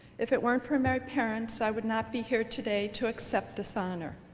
if it weren't for a my parents i would not be here today to accept this honor.